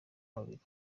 babiri